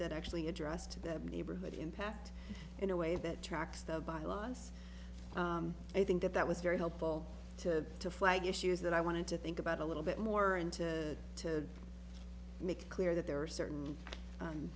that actually addressed the neighborhood impact in a way that tracks the bylaws i think that that was very helpful to to flag issues that i wanted to think about a little bit more and to to make clear that there were certain